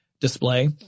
display